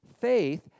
Faith